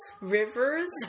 rivers